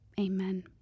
Amen